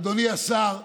אדוני השר,